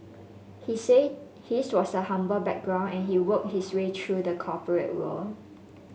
he said his was a humble background and he worked his way through the corporate world